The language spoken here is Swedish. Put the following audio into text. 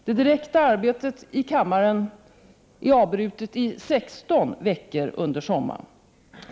Det direkta arbetet i kammaren är avbrutet i 16 veckor under sommaren.